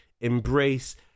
embrace